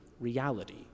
reality